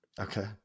okay